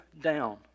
down